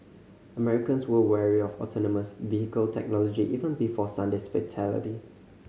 Americans were wary of autonomous vehicle technology even before Sunday's fatality